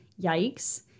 yikes